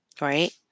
right